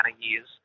years